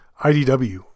IDW